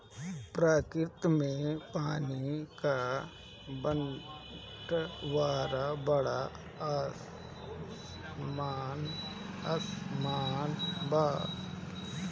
प्रकृति में पानी क बंटवारा बड़ा असमान बा